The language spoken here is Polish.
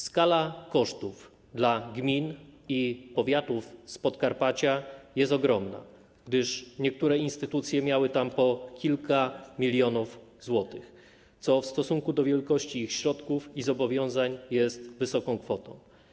Skala kosztów dla gmin i powiatów z Podkarpacia jest ogromna, gdyż niektóre instytucje miały tam po kilka milionów złotych, co w stosunku do wielkości ich środków i zobowiązań jest dużą kwotą.